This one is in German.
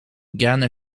gerne